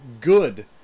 good